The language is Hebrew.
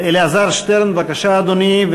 אלעזר שטרן, בבקשה, אדוני.